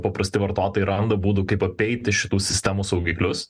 paprasti vartotojai randa būdų kaip apeiti šitų sistemų saugiklius